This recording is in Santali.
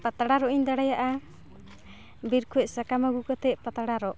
ᱯᱟᱛᱲᱟ ᱨᱚᱜ ᱤᱧ ᱫᱟᱲᱮᱭᱟᱜᱼᱟ ᱵᱤᱨ ᱠᱷᱚᱡ ᱥᱟᱠᱟᱢ ᱟᱹᱜᱩ ᱠᱟᱛᱮ ᱯᱟᱛᱲᱟ ᱨᱚᱜ